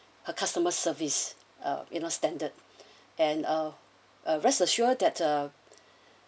her customer service uh you know standard and uh uh rest assure that uh